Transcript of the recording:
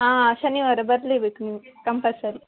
ಹಾಂ ಶನಿವಾರ ಬರಲೇ ಬೇಕು ನೀವು ಕಂಪಲ್ಸರಿ